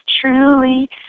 truly